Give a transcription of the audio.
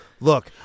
look